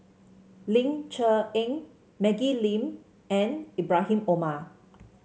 Ling Cher Eng Maggie Lim and Ibrahim Omar